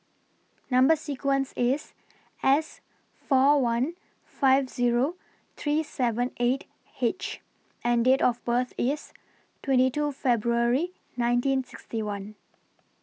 Number sequence IS S four one five Zero three seven eight H and Date of birth IS twenty two February nineteen sixty one